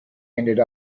ended